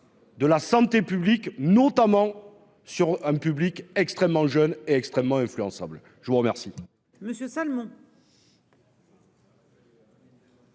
De la santé publique notamment sur un public extrêmement jeune, extrêmement influençables. Je vous remercie.